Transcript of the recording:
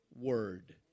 Word